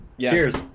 Cheers